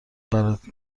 برات